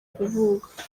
kuvuka